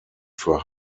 für